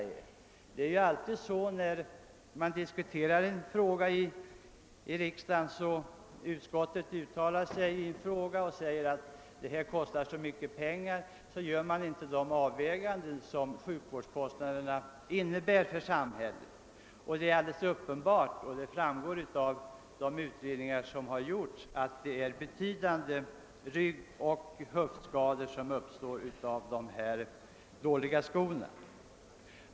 När en fråga diskuteras i riksdagen menar utskottet ofta att den blir alltför kostsam, utan att i avvägningen ta in sjukvårdsutgifternas inverkan i det aktuella fallet. Det framgår alldeles klart av de utredningar som gjorts att det uppstår betydande ryggoch höftskador på grund av användningen av dåliga skor.